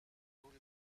rul